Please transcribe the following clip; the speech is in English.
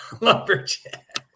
Lumberjack